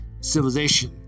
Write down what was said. civilization